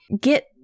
get